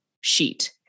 sheet